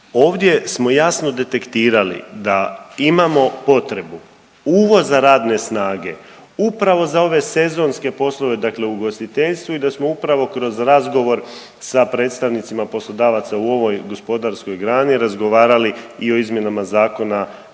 Ovdje smo jasno detektirali da imamo potrebu uvoza radne snage upravo za ove sezonske poslove dakle u ugostiteljstvu i da smo upravo kroz razgovor sa predstavnicima poslodavaca u ovoj gospodarskoj grani razgovarali i o izmjenama Zakona